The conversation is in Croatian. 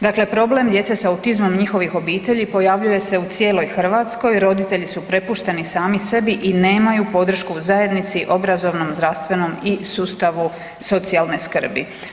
Dakle problem djece s autizmom i njihovih obitelji pojavljuje se u cijeloj Hrvatskoj, roditelji su prepušteni sami sebi i nemaju podršku u zajednici, obrazovnom, zdravstvenom i sustavu socijalne skrbi.